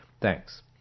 Thanks